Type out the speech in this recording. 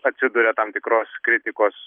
atsiduria tam tikros kritikos